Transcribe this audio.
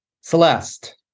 Celeste